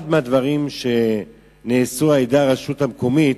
אחד הדברים שנעשה על-ידי הרשות המקומית,